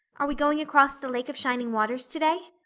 are we going across the lake of shining waters today?